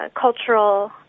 cultural